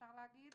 אפשר להגיד,